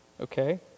Okay